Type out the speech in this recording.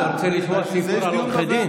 אתה רוצה לשמוע סיפור על עורכי דין?